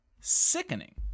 sickening